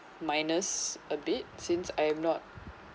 minus a bit since I am not